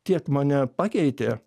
tiek mane pakeitė